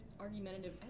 argumentative